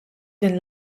din